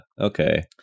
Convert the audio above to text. Okay